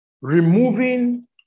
removing